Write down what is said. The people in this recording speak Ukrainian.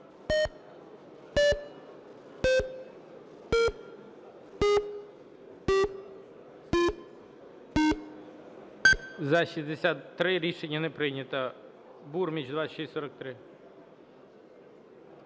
За-63 Рішення не прийнято. Бурміч, 2643.